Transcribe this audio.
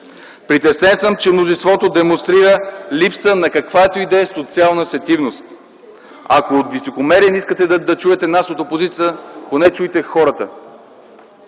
Притеснен съм, че мнозинството демонстрира липса на каквато и да е социална сетивност. Ако от високомерие не искате да чуете нас, от опозицията, поне чуйте хората.